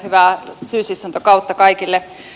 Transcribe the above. hyvää syysistuntokautta kaikille